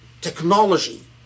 technology